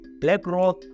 BlackRock